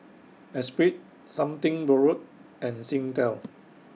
Espirit Something Borrowed and Singtel